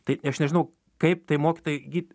tai aš nežinau kaip tai mokytojai gi